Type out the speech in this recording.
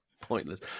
pointless